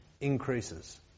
increases